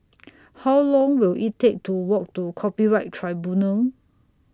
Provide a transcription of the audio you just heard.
How Long Will IT Take to Walk to Copyright Tribunal